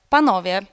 Panowie